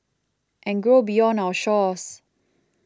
and grow beyond our shores